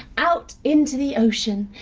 out into the ocean.